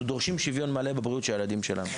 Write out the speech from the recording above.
דורשים שוויון מלא בבריאות הילדים שלנו.